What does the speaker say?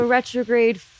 Retrograde